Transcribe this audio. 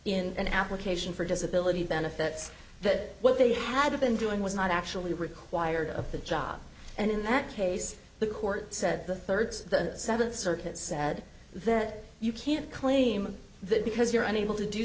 in an application for disability benefits that what they had been doing was not actually required of the job and in that case the court said the third the seventh circuit said that you can't claim that because you're unable to do